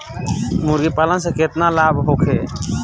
मुर्गीपालन से केतना लाभ होखे?